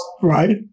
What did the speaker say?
Right